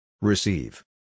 Receive